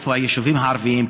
איפה שהיישובים הערביים,